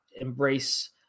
embrace